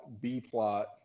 B-plot